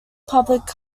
public